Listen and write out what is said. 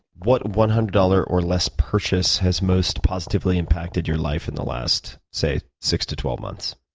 what one hundred dollars or less purchase has most positively impacted your life in the last, say, six to twelve months?